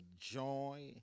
Joy